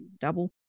double